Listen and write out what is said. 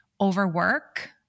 overwork